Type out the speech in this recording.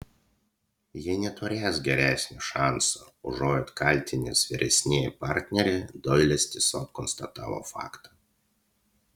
ji neturės geresnio šanso užuot kaltinęs vyresnįjį partnerį doilis tiesiog konstatavo faktą